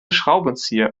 schraubenzieher